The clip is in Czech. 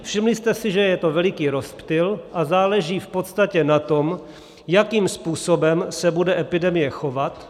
Všimli jste si, že je to veliký rozptyl, a záleží v podstatě na tom, jakým způsobem se bude epidemie chovat.